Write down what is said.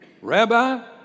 Rabbi